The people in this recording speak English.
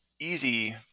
easy